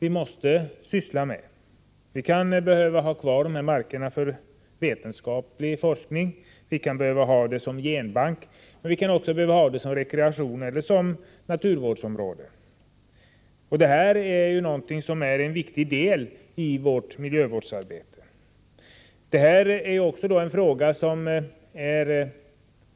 Vi behöver ha kvar markerna för vetenskaplig forskning och som genbank, men även för rekreation och som naturvårdsområde. Det här är en viktig del i vårt miljövårdsarbete.